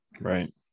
Right